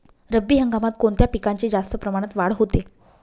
रब्बी हंगामात कोणत्या पिकांची जास्त प्रमाणात वाढ होते?